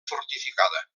fortificada